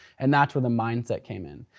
and that's where the mindset came in.